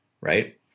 right